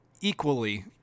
equally